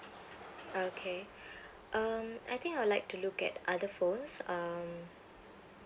uh okay um I think I would like to look at other phones um